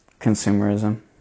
consumerism